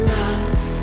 love